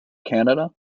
canada